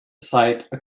cite